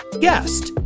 guest